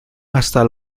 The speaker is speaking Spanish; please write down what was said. hasta